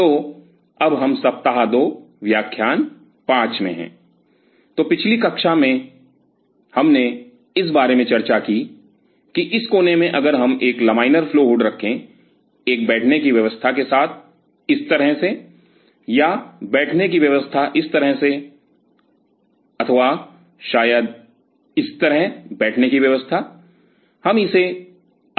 तो अब हम सप्ताह 2 व्याख्यान 5 में है L5 W2 तो पिछली कक्षा में हमने इस बारे में चर्चा की कि इस कोने में अगर हम एक लमाइनर फ्लो हुड रखें एक बैठने की व्यवस्था के साथ इस तरह से या बैठने की व्यवस्था इस तरह से अथवा शायद इस तरह बैठने की व्यवस्था हम इसे अलग करते हैं